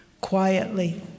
quietly